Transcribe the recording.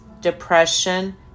depression